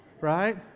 right